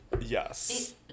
Yes